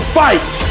fight